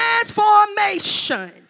transformation